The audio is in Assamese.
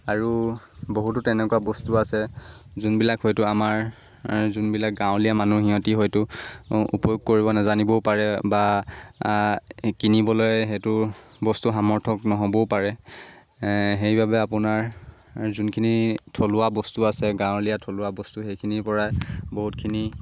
আৰু বহুতো তেনেকুৱা বস্তু আছে যোনবিলাক হয়তো আমাৰ যোনবিলাক গাঁৱলীয়া মানুহ সিহঁতি হয়তো উপয়োগ কৰিব নাজানিবও পাৰে বা কিনিবলৈ সেইটো বস্তু সামৰ্থক নহ'বও পাৰে সেইবাবে আপোনাৰ যোনখিনি থলুৱা বস্তু আছে গাঁৱলীয়া থলুৱা বস্তু সেইখিনিৰপৰাই বহুতখিনি